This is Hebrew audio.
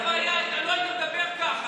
אם היית מבין את הבעיה לא היית מדבר ככה.